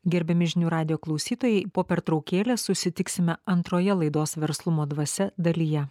gerbiami žinių radijo klausytojai po pertraukėlės susitiksime antroje laidos verslumo dvasia dalyje